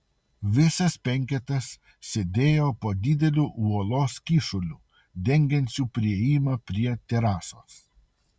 visas penketas sėdėjo po dideliu uolos kyšuliu dengiančiu priėjimą prie terasos